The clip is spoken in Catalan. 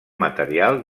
material